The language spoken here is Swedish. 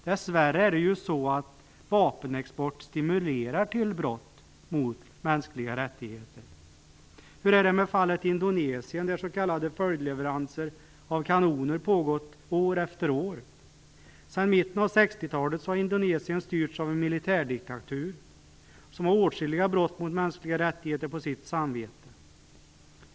Dess värre stimulerar ju vapenexport till brott mot mänskliga rättigheter. Hur är det med fallet Indonesien, dit s.k. följdleveranser av kanoner har pågått år efter år? Sedan mitten av 60-talet har Indonesien styrts av en militärdiktatur som har åtskilliga brott mot mänskliga rättigheter på sitt samvete.